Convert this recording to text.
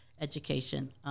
education